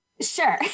Sure